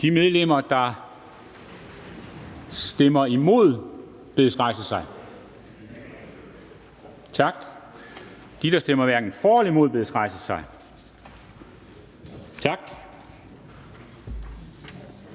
De, der stemmer imod, bedes rejse sig. Tak. De, der stemmer hverken for eller imod, bedes rejse sig. Tak.